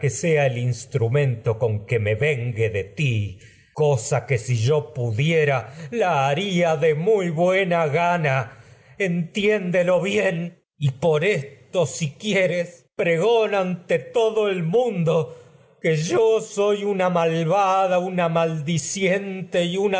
sea me vengue el instrumento con que de ti cosa que si yo pudiera la haría de y por muy buena gana entiéndelo bien esto si quieres pregona ante una todo el mundo que yo soy malvada una maldiciente y una